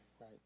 right